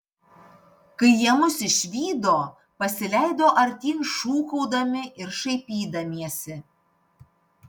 kai jie mus išvydo pasileido artyn šūkaudami ir šaipydamiesi